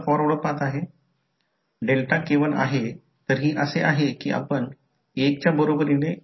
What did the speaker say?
तर करंट या डॉटमध्ये प्रवेश करत आहे परंतु या प्रकरणात रेफरन्स पोलारिटीमध्ये हे आहे म्हणजे हा डॉट रेफरन्स पोलारिटीमध्ये ठेवला आहे